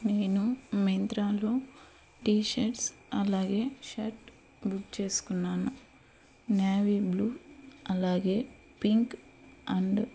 నేను మింత్రాలో టీషర్ట్స్ అలాగే షర్ట్ బుక్ చేసుకున్నాను నావీబ్లూ అలాగే పింక్ అండ్